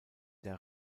der